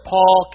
Paul